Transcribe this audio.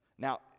Now